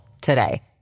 today